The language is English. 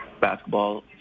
basketball